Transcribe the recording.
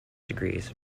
degrees